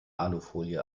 alufolie